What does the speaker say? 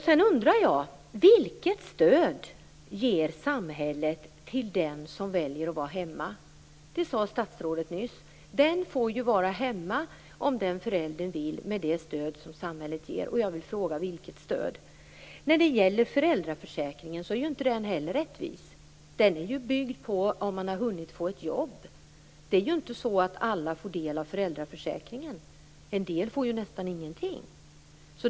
Sedan undrar jag: Vilket stöd ger samhället till den som väljer att vara hemma? Statsrådet sade nyss att den förälder som vill får vara hemma med det stöd som samhället ger. Jag vill fråga vilket stöd det är. Föräldraförsäkringen är inte heller rättvis. Den bygger på att man har hunnit få ett jobb. Alla får inte del av föräldraförsäkringen - en del får nästan ingenting.